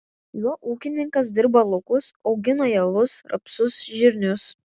juo ūkininkas dirba laukus augina javus rapsus žirnius